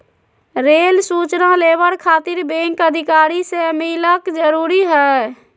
Rail सूचना labour खातिर bank अधिकारी से मिलक जरूरी है?